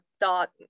dot